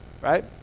right